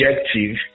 objective